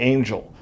Angel